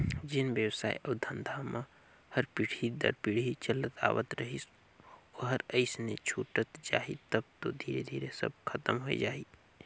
जेन बेवसाय अउ धंधा मन हर पीढ़ी दर पीढ़ी चलत आवत रहिस ओहर अइसने छूटत जाही तब तो धीरे धीरे सब खतम होए जाही